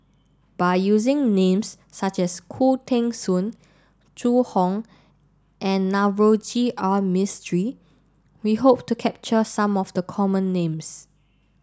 by using names such as Khoo Teng Soon Zhu Hong and Navroji R Mistri we hope to capture some of the common names